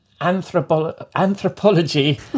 anthropology